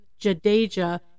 Jadeja